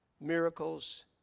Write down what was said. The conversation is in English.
miracles